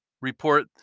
report